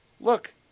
Look